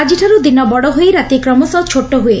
ଆଜିଠାରୁ ଦିନ ବଡ଼ ହୋଇ ରାତି କ୍ରମଶଃ ଛୋଟ ହୁଏ